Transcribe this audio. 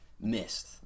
missed